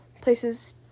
places